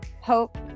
hope